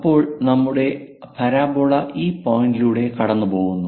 അപ്പോൾ നമ്മുടെ പരാബോള ഈ പോയിന്റിലൂടെ കടന്നുപോകുന്നു